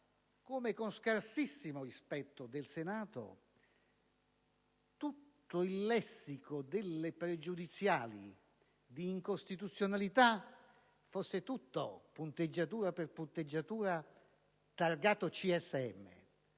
come, con scarsissimo rispetto del Senato, tutto il lessico delle pregiudiziali di incostituzionalità fosse, punteggiatura per punteggiatura, targato CSM,